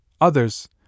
others